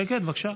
כן, כן, בבקשה.